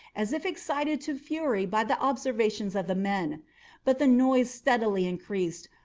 as if excited to fury by the observations of the men but the noise steadily increased.